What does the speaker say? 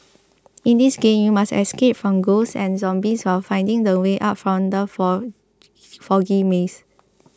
in this game you must escape from ghosts and zombies while finding the way out from the for foggy maze